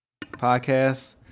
Podcast